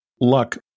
luck